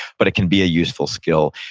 but it can be a useful skill.